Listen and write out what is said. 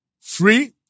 free